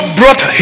brought